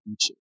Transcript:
future